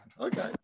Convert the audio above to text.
Okay